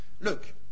look